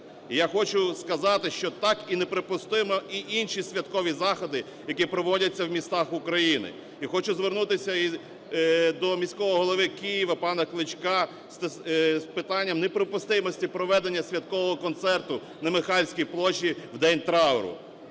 я хочу сказати, що так і не припустимі й інші святкові заходи, які проводяться в містах України. І хочу звернутися і до міського голови Києва пана Кличка з питанням неприпустимості проведення святкового концерту на Михайлівській площі в день трауру.